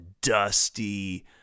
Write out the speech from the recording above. dusty